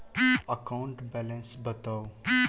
account balance बताउ